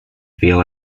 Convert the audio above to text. feel